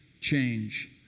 change